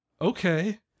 okay